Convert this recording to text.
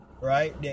Right